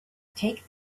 take